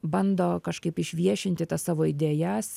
bando kažkaip išviešinti tas savo idėjas